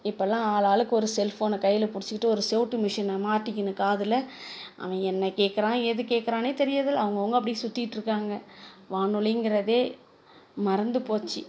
இப்போல்லாம் ஆளாளுக்கு ஒரு செல்ஃபோனை கையில் பிடிச்சிக்கிட்டு ஒரு செவிட்டு மிஷினை மாட்டிக்கின்னு காதில் அவன் என்ன கேக்கிறான் ஏது கேக்கிறான்னே தெரியிறதில்லை அவங்கவங்க அப்படியே சுத்திகிட்டுருக்காங்க வானொலிங்கிறதே மறந்து போச்சு